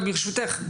ברשותך,